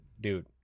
dude